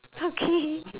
okay